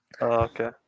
Okay